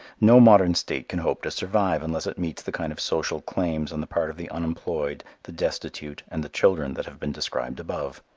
no modern state can hope to survive unless it meets the kind of social claims on the part of the unemployed, the destitute and the children that have been described above.